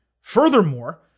Furthermore